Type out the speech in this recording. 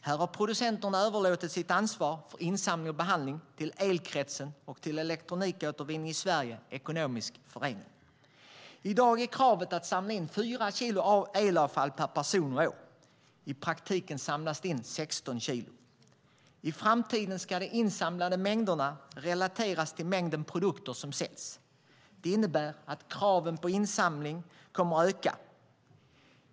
Här har producenterna överlåtit sitt ansvar för insamling och behandling till Elkretsen och Elektronikåtervinning i Sverige Ekonomisk förening. I dag är kravet att samla in 4 kilo elavfall per person och år, men i praktiken samlas det in 16 kilo. I framtiden ska de insamlade mängderna relateras till mängden produkter som säljs. Det innebär att kraven på insamling kommer att öka.